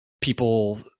people